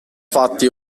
fatti